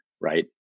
right